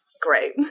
great